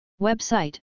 Website